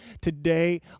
today